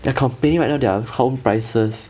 they are complaining right now their home prices